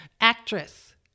actress